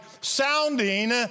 sounding